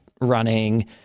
running